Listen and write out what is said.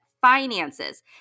finances